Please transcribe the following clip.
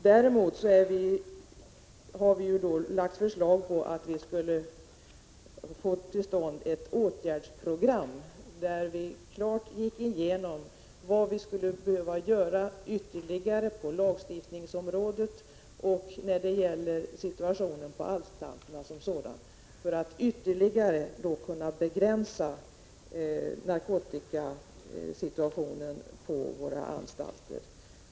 Däremot har vi föreslagit att man borde få till stånd ett åtgärdsprogram, där vi klart gick igenom vad vi skulle behöva göra ytterligare på lagstiftningsområdet och när det gäller situationen på anstalterna som sådana, för att ytterligare begränsa narkotikasituationen på våra anstalter.